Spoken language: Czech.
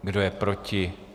Kdo je proti?